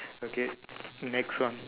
okay next one